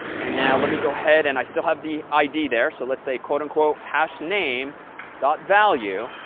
and now let me go ahead and i still have the id there, so let's say quote-unquote hash name dot value.